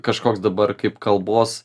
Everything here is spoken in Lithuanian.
kažkoks dabar kaip kalbos